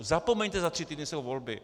Zapomeňte, že za tři týdny jsou volby.